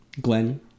Glenn